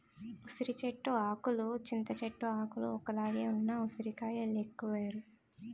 ఉసిరి చెట్టు ఆకులు చింత చెట్టు ఆకులు ఒక్కలాగే ఉన్న ఉసిరికాయ లెక్క వేరు